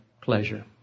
pleasure